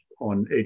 on